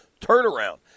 Turnaround